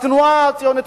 התנועה הציונית,